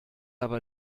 aber